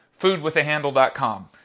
foodwithahandle.com